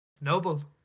Noble